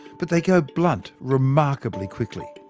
but they go blunt remarkably quickly.